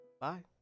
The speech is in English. Bye